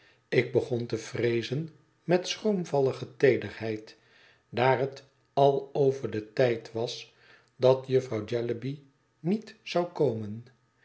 ik begon te vreezon met schroomvallige teederheid daar het al over den tijd was dat jufvrouw jellyby niet zou komen